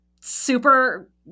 super